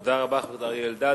תודה רבה, חבר הכנסת אריה אלדד.